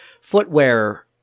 footwear